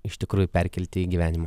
iš tikrųjų perkelti į gyvenimą